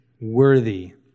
worthy